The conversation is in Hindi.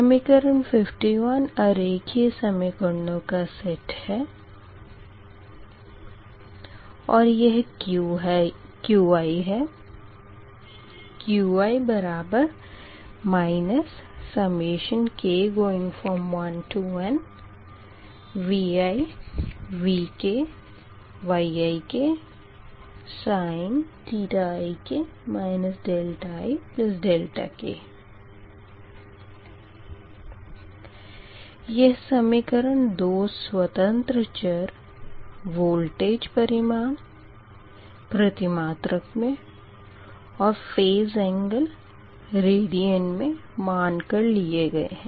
समीकरण 51 अरेखिय समीकरणों का सेट है और यह है Qi k1nVi Vk Yiksin ik ik यह समीकरण दो स्वतंत्र चर वोल्टेज परिमाण प्रतिमात्रक में और फेज़ एंगल रेडियन में मान कर लिए है